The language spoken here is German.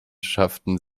schafften